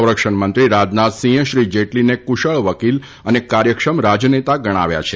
સંરક્ષણમંત્રી રાજનાથસિંહે શ્રી જેટલીને કુશળ વકીલ અને કાર્યક્ષમ રાજનેતા ગણાવ્યા છે